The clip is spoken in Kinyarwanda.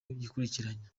yikurikiranya